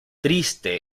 triste